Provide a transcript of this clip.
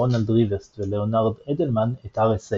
רונלד ריבסט ולאונרד אדלמן את RSA